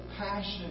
passion